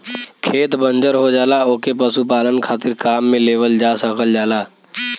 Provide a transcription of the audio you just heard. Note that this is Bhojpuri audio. खेत बंजर हो जाला ओके पशुपालन खातिर काम में लेवल जा सकल जाला